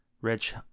Rich